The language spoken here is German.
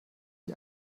die